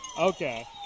Okay